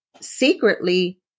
secretly